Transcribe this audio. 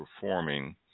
performing